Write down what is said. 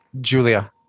Julia